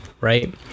Right